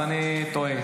אז אני טועה.